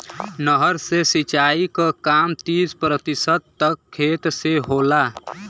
नहर से सिंचाई क काम तीस प्रतिशत तक खेत से होला